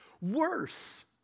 Worse